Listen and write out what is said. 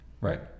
Right